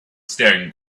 staring